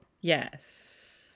Yes